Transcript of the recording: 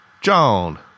John